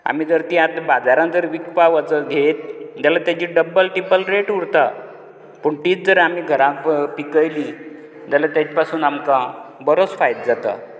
आमी जर तीं आतां बाजारान जर विकपाक वचत घेत जाल्यार तेजी डब्बल तिब्बल रेट उरता पूण तीच जर आमी घरान आमी रोयलीं झाल्यार तेज्या पासून आमकां बरोच फायदो जाता